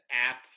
app